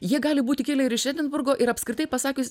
jie gali būti kilę ir iš edinburgo ir apskritai pasakius